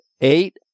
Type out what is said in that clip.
eight